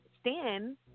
Stan